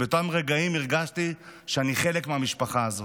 אבל באותם רגעים הרגשתי שאני חלק מהמשפחה הזאת.